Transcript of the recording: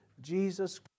Jesus